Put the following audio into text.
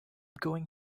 going